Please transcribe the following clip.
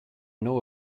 know